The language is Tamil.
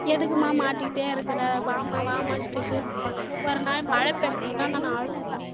எதுக்குமா மாட்டுகிட்டயே இருக்கிற வாமா வாமான் சொல்லி கூப்பிடுவாங்க ஒவ்வொரு நாளும் மழை பெஞ்சிச்சுனா நான் அழுவேன்